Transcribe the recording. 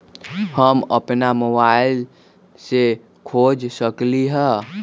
हम अपना मोबाइल से खोल सकली ह?